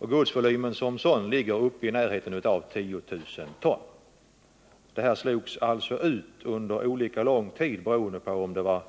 Godsvolymen ligger i närheten av 10 000 ton. Denna trafik slogs alltså ut — under olika lång tid, beroende på om det var